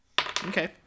Okay